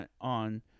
on